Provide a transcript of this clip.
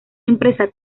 impresa